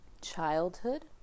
childhood